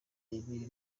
ibi